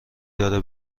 داره